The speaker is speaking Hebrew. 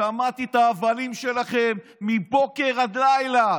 שמעתי את ההבלים שלכם מבוקר עד לילה.